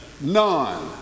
None